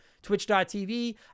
Twitch.tv